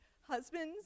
husbands